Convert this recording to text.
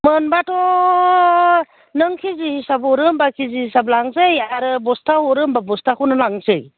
मोनबाथ' नों के जि हिसाब हरो होनबा के जि हिसाब लांसै आरो बस्ता हरो होनबा बस्ताखौनो लांसै